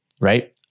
right